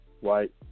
white